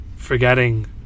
Forgetting